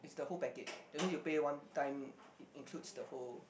is the whole package that mean you pay one time it includes the whole